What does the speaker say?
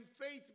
faith